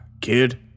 kid